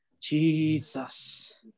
Jesus